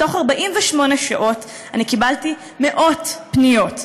בתוך 48 שעות אני קיבלתי מאות פניות,